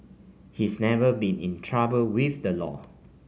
he's never been in trouble with the law